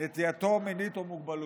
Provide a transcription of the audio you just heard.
נטייתו המינית או מוגבלותו.